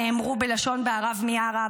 נאמרו בלשון בהרב מיארה,